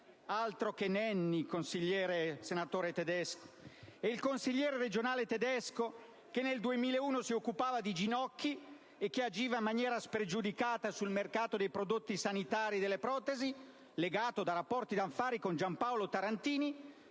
Altro che Nenni, senatore Tedesco! Il consigliere regionale Tedesco, che nel 2001 si occupava di ginocchia e che agiva in maniera spregiudicata sul mercato dei prodotti sanitari e delle protesi, legato da rapporti d'affari con Giampaolo Tarantini,